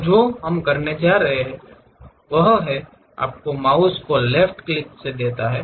तो जो हम करने जा रहे हैं वह पहला है जो आपके माउस को लेफ्ट क्लिक देता है